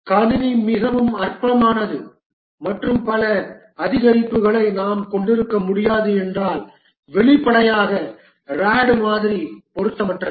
கணினி மிகவும் அற்பமானது மற்றும் பல அதிகரிப்புகளை நாம் கொண்டிருக்க முடியாது என்றால் வெளிப்படையாக RAD மாதிரி பொருத்தமற்றது